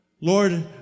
Lord